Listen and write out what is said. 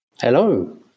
Hello